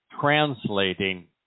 translating